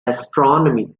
astronomy